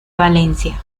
valencia